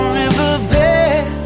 riverbed